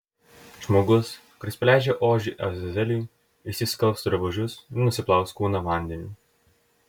žmogus kuris paleidžia ožį azazeliui išsiskalbs drabužius ir nusiplaus kūną vandeniu